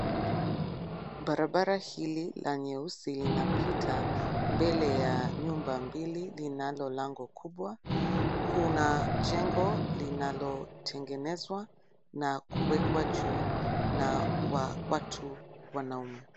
Barabara hili la nyeusi linapita mbele ya nyumba mbili linalo lango kubwa. Kuna jengo linalotengenezwa na kuwekwa juu na watu wanaume.